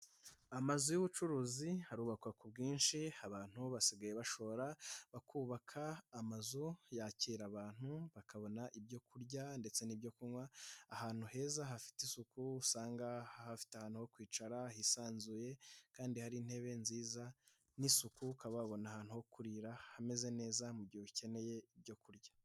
Amazu y'ubucuruzi harubakwa ku bwinshi, abantu basigaye bashora, bakubaka amazu yakira abantu bakabona ibyo kurya ndetse n'ibyo kunywa, ahantu heza hafite isuku, usanga hafite ahantu ho kwicara hisanzuye kandi hari intebe nziza n'isuku, ukaba wabona ahantu ho kurira hameze neza mu gihe ukeneye ibyo kurya.